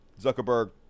Zuckerberg